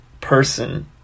person